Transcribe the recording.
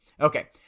Okay